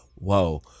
Whoa